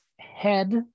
head